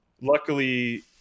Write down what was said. Luckily